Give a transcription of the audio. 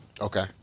Okay